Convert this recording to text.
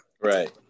Right